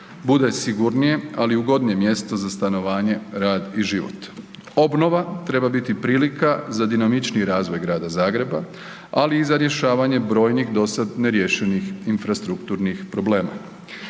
bude sigurnije, ali ugodnije mjesto za stanovanje, rad i život. Obnova treba biti prilika za dinamičniji razvoj Grada Zagreba, ali i za rješavanje brojnih dosad neriješenih infrastrukturnih problema.